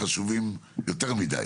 חשובים יותר מידי,